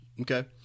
Okay